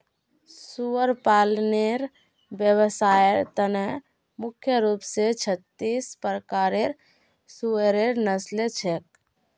सुअर पालनेर व्यवसायर त न मुख्य रूप स छत्तीस प्रकारेर सुअरेर नस्ल छेक